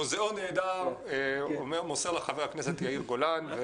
מוזיאון נהדר, מוסר לך חבר הכנסת יאיר גולן.